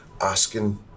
asking